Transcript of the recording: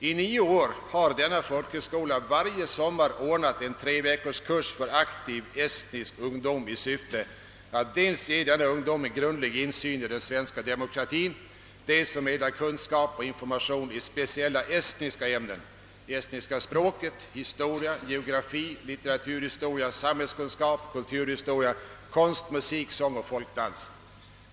I nio år har denna folkhögskola varje sommar anordnat en treveckorskurs för aktiv estnisk ungdom i syfte att dels ge denna ungdom en grundlig insyn i den svenska demokratin, dels förmedla kunskap och information i speciella estniska ämnen: estniska språket, historia, geografi, litleraturhistoria, samhällskunskap, kulturhistoria, konst, musik, sång och folkdans.